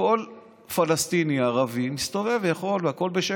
כל פלסטיני ערבי שמסתובב יכול להסתובב והכול בשקט,